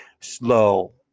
Slow